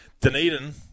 Dunedin